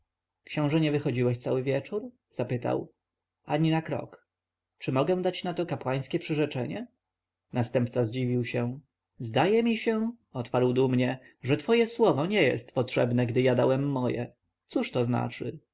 książę nie wychodziłeś cały wieczór zapytał ani na krok więc mogę dać na to kapłańskie przyrzeczenie następca zdziwił się zdaje mi się odparł dumnie że twoje słowo już nie jest potrzebne gdy ja dałem moje cóż to znaczy